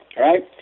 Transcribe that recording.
right